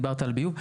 דיברת על ביוב.